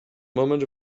moment